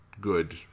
good